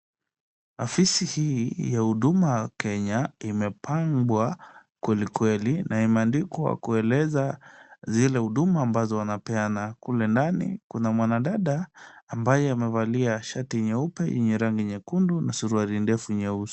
Ofisi hii ya huduma Kenya imepambwa kweli kweli na imeandikwa kueleza zile huduma ambazo wanapeana. Kule ndani kuna mwanadada ambaye amevalia shati nyeupe yenye rangi nyekundu na suruali ndefu nyeusi.